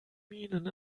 minen